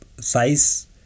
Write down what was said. size